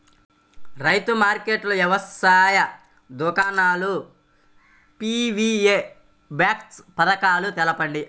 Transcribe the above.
రైతుల మార్కెట్లు, వ్యవసాయ దుకాణాలు, పీ.వీ.ఓ బాక్స్ పథకాలు తెలుపండి?